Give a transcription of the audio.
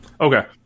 okay